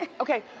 okay,